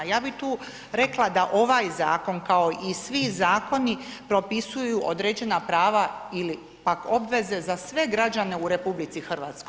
Ja bi tu rekla da ovaj zakon kao i svi zakoni propisuju određena prava ili pak obveze za sve građane u RH.